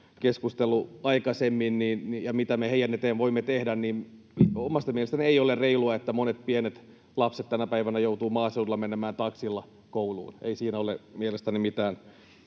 keskustelu aikaisemmin, ja siihen, mitä me heidän eteensä voimme tehdä. Omasta mielestäni ei ole reilua, että monet pienet lapset tänä päivänä joutuvat maaseudulla menemään taksilla kouluun. Ei siinä ole mielestäni mitään